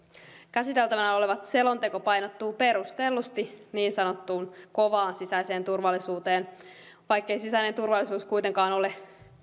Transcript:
käsiteltävänä oleva selonteko painottuu perustellusti niin sanottuun kovaan sisäiseen turvallisuuteen vaikkei sisäinen turvallisuus kuitenkaan ole